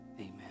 amen